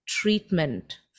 treatment